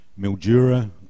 Mildura